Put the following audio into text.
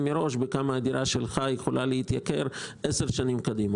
מראש בכמה הדירה שלך יכולה להתייקר עשר שנים קדימה.